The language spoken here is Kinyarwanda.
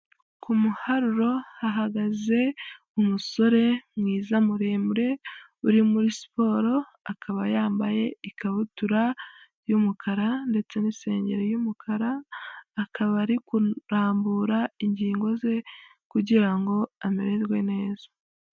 Ku muharuro hahagaze umusore mwiza muremure uri muri siporo, akaba yambaye ikabutura y'umukara ndetse n'isengeri y'umukara, akaba ari kurambura ingingo ze kugira ngo amererwe neza.